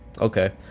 Okay